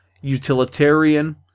utilitarian